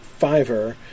Fiverr